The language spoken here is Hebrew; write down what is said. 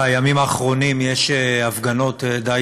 בימים האחרונים יש הפגנות די